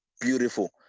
beautiful